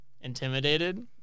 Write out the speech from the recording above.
Intimidated